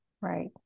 Right